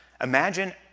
Imagine